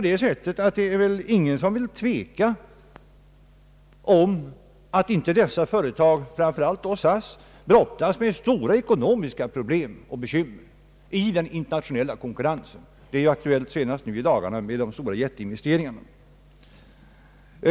Det är väl ingen som tvivlar på att dessa företag, framför allt SAS, brottas med stora ekonomiska problem och bekymmer i den internationella konkurrensen. Detta problem aktualiseras just i dagarna i samband med de stora jetinvesteringarna.